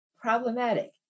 problematic